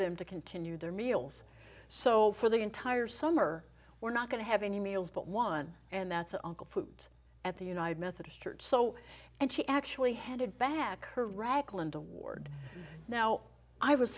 them to continue their meals so for the entire summer we're not going to have any meals but one and that's uncle food at the united methodist church so and she actually handed back her ragland award now i was